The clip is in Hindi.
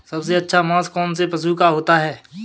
सबसे अच्छा मांस कौनसे पशु का होता है?